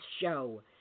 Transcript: show